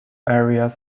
areas